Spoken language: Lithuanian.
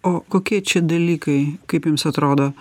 o kokie čia dalykai kaip jums atrodo